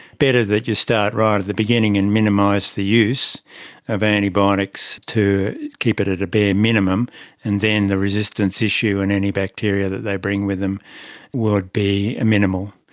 better that you start right at the beginning and minimise the use of antibiotics to keep it at a bare minimum and then the resistance issue and any bacteria that they bring with them would be minimal.